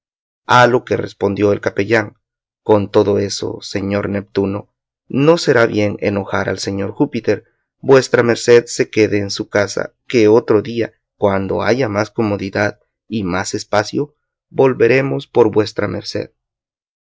a lo que respondió el capellán con todo eso señor neptuno no será bien enojar al señor júpiter vuestra merced se quede en su casa que otro día cuando haya más comodidad y más espacio volveremos por vuestra merced